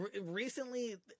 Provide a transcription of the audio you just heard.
Recently